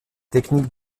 technique